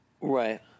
Right